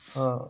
آ